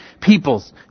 peoples